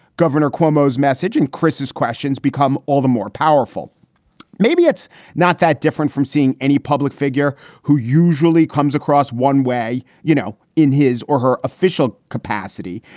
governor cuomo's message and christie's questions become all the more powerful maybe it's not that different from seeing any public figure who usually comes across one way, you know, in his or her official capacity.